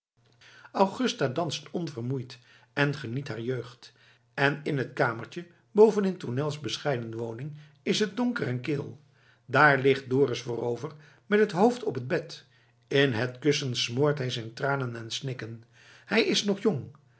augusta danst onvermoeid en geniet haar jeugd en in het kamertje boven in tournels bescheiden woning is het donker en kil daar ligt dorus voorover met het hoofd op het bed in het kussen smoort hij zijn tranen en snikken hij is nog jong